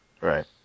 Right